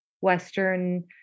Western